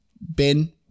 Ben